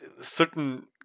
certain